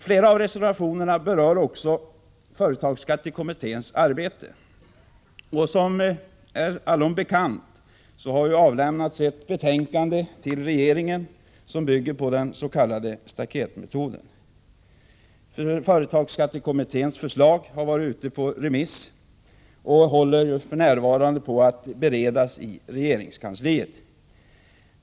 Flera av reservationerna berör företagsskattekommitténs arbete, och som bekant har till regeringen avlämnats ett betänkande som bygger på den s.k. staketmetoden. Kommitténs förslag har varit ute på remiss och håller för närvarande på att beredas i regeringskansliet.